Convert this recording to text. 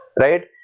right